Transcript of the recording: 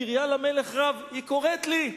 קריה למלך רב", היא קוראת לי.